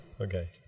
Okay